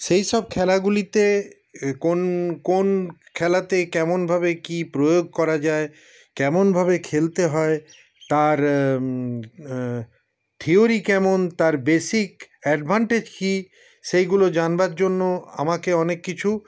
সেই সব খেলাগুলিতে কোন কোন খেলাতে কেমনভাবে কী প্রয়োগ করা যায় কেমনভাবে খেলতে হয় তার থিওরি কেমন তার বেসিক অ্যাডভান্টেজ কী সেইগুলো জানবার জন্য আমাকে অনেক কিছু